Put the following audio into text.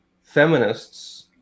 feminists